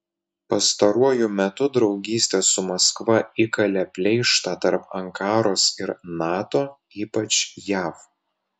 pastaruoju metu draugystė su maskva įkalė pleištą tarp ankaros ir nato ypač jav